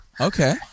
Okay